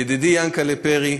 ידידי יענקל'ה פרי,